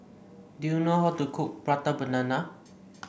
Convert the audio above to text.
do you know how to cook Prata Banana